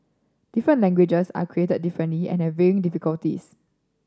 different languages are created differently and varying difficulties